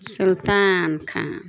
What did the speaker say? Sultan Khan